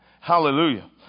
Hallelujah